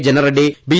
ജനറെഡ്സി B